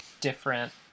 different